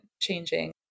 changing